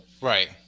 right